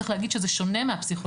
צריך להגיד שזה שונה מהפסיכולוגים,